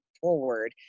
forward